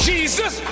Jesus